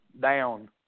down